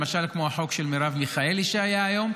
למשל כמו החוק של מרב מיכאלי שהיה היום,